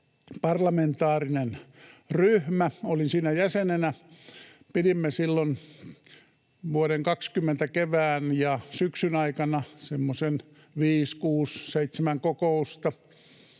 parlamentaarinen ryhmä. Olin siinä jäsenenä. Pidimme silloin vuoden 20 kevään ja syksyn aikana semmoisen viisi, kuusi,